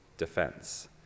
defense